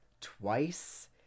twice